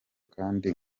kandi